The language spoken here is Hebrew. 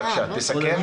בבקשה, תסכם.